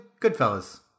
Goodfellas